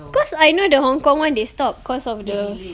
cause I know the hong kong [one] they stopped because of the